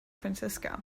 francisco